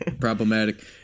problematic